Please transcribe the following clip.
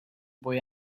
boy